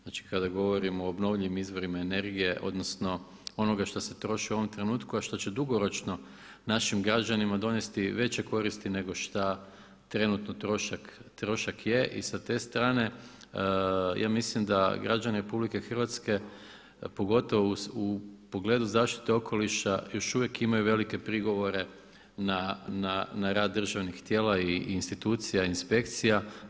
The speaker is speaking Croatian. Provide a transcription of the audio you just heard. Znači kada govorimo o obnovljivim izvorima energije odnosno onoga što se troši u ovom trenutku, a što će dugoročno našim građanima donesti već koristi nego šta trenutno trošak je i sa te strane ja mislim da građani RH pogotovo u pogledu zaštite okoliša još uvijek imaju velike prigovore na rad državnih tijela i institucija i inspekcija.